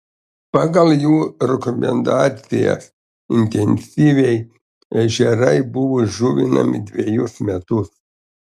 pagal jų rekomendacijas intensyviai ežerai buvo žuvinami dvejus metus